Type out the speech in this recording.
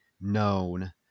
known